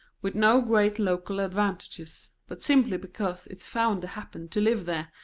with no great local advantages, but simply because its founder happened to live there,